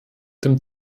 dem